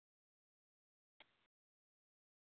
special food కావాలి chicken